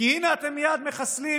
כי הינה, אתם מייד מחסלים